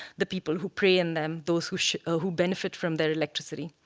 the people who prey in them, those who ah who benefit from their electricity.